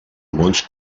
mons